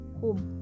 home